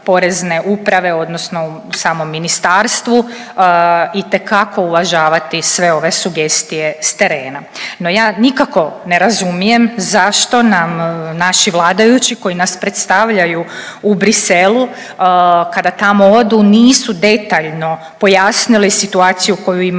odnosno u samom ministarstvu itekako uvažavati sve ove sugestije s terena. No ja nikako ne razumijem zašto nam naši vladajući koji nas predstavljaju u Bruxellesu kada tamo odu, nisu detaljno pojasnili situaciju koju imamo